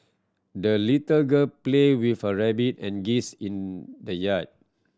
the little girl played with her rabbit and geese in the yard